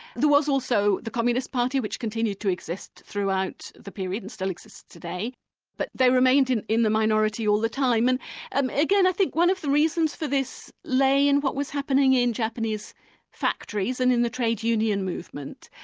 there was also the communist party which continued to exist throughout the period and still exists today but they remained in in the minority all the time, and and again, i think one of the reasons for this lay in what was happening in japanese factories and in the trade union movement.